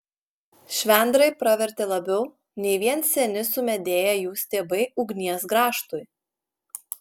švendrai pravertė labiau nei vien seni sumedėję jų stiebai ugnies grąžtui